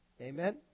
Amen